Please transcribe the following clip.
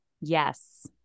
Yes